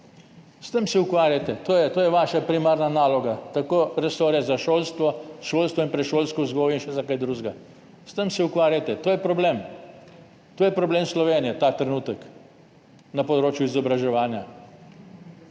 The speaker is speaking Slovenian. S tem se ukvarjajte. To je vaša primarna naloga, tako resorja za šolstvo, predšolsko vzgojo in še za kaj drugega. S tem se ukvarjajte, to je problem Slovenije ta trenutek na področju izobraževanja.